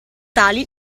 tali